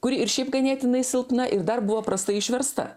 kuri ir šiaip ganėtinai silpna ir dar buvo prastai išversta